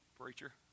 preacher